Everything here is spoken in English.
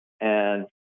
and-